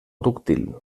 dúctil